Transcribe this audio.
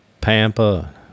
Pampa